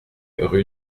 rue